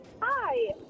Hi